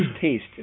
taste